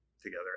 together